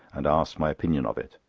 and asked my opinion of it.